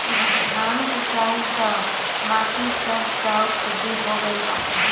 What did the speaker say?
धान कुटाइल तअ हअ बाकी सब चाउर खुद्दी हो गइल बाटे